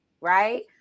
right